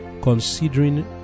considering